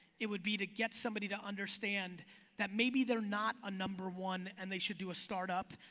it would be to get somebody to understand that maybe they're not a number one and they should do a start-up,